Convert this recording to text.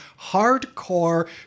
hardcore